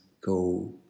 go